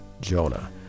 Jonah